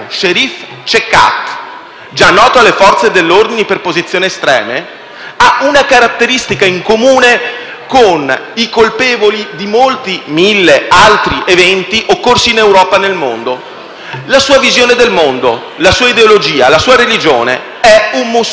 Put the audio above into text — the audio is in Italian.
già noto alle Forze dell'ordine per posizioni estreme, ha una caratteristica in comune con i colpevoli di mille altri eventi occorsi in Europa e nel mondo, ovvero la sua visione del mondo, la sua ideologia e la sua religione: è un musulmano. Vi posso